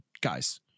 guys